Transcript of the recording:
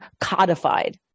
codified